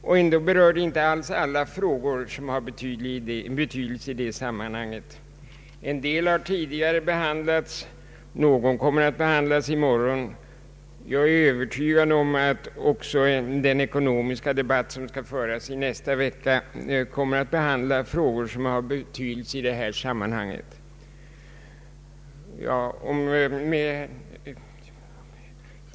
Och ändå berör de inte alls alla frågor som har betydelse i det sammanhanget. En del har tidigare behandlats, och någon kommer att behandlas i morgon. Jag är övertygad om att även den ekonomiska debatt som skall föras nästa vecka kommer att behandla frågor som har betydelse i detta sammanhang.